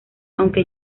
aunque